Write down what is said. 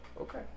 Okay